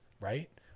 right